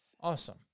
Awesome